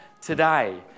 today